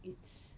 it's